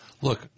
look